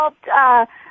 helped